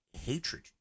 hatred